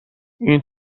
این